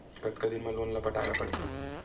कतका दिन मा लोन ला पटाय ला पढ़ते?